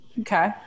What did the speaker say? Okay